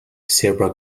serbo